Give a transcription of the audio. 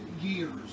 years